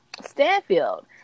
Stanfield